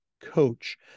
Coach